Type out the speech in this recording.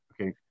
okay